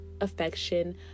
affection